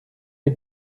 les